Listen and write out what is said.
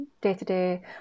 day-to-day